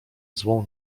zła